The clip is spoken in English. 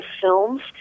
Films